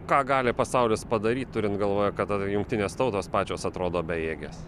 ką gali pasaulis padaryt turint galvoje kad jungtinės tautos pačios atrodo bejėgės